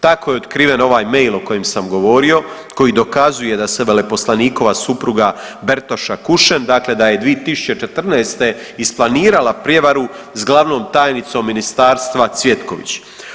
Tako je otkriven ovaj mail o kojem sam govorio koji dokazuje da se veleposlanikova supruga Bertoša Kušen dakle da je 2014. isplanirana prijevaru s glavnom tajnicom ministarstva Cvjetković.